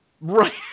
Right